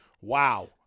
Wow